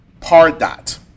Pardot